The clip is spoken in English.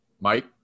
Mike